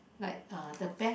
like uh the best